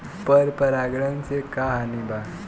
पर परागण से का हानि बा?